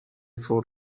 for